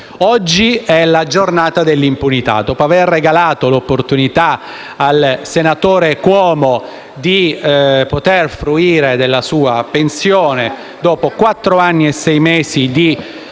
Oggi è la giornata dell'impunità. Dopo aver regalato l'opportunità al senatore Cuomo di poter fruire della sua pensione dopo quattro anni e sei mesi di